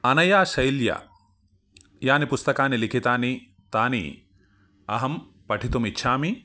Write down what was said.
अनया शैल्या यानि पुस्तकानि लिखितानि तानि अहं पठितुम् इच्छामि